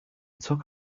took